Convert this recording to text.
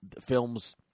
films